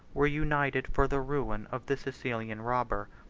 were united for the ruin of the sicilian robber.